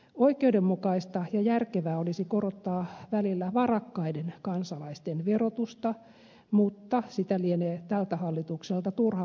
oikeudenmukaista ja järkevää olisi korottaa välillä varakkaiden kansalaisten verotusta mutta sitä lienee tältä hallitukselta turha odottaa